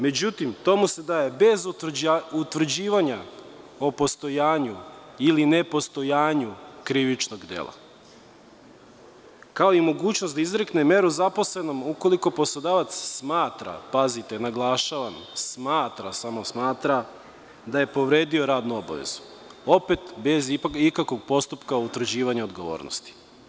Međutim, to mu se daje bez utvrđivanja o postojanju ili ne postojanju krivičnog dela, kao i mogućnost da izrekne meru zaposlenom ukoliko poslodavac smatra, pazite, naglašavam, smatra da je povredio radnu obavezu, opet bez ikakvog postupka utvrđivanja odgovornosti.